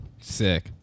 Sick